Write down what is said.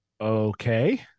okay